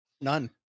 None